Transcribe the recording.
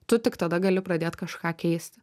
tu tik tada gali pradėt kažką keisti